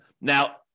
Now